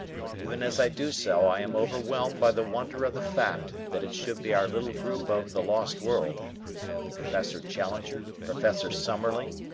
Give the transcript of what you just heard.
but even as i do so, i am overwhelmed by the wonder of the fact that it should be our little group of the lost world professor challenger, professor summerlee,